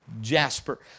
Jasper